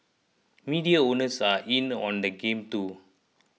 media owners are in on the game too